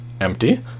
empty